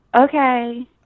okay